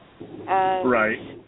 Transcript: Right